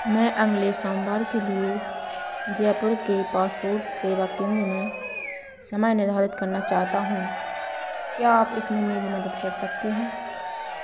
मैं अगले सोमवार के लिए जयपुर के पासपोर्ट सेवा केन्द्र में समय निर्धारित करना चाहता हूँ क्या आप इसमें मेरी मदद कर सकते हैं